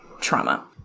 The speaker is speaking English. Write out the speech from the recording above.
trauma